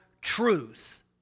truth